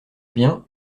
bien